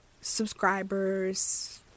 subscribers